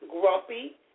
grumpy